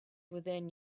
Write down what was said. within